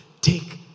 take